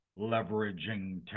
leveraging